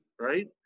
right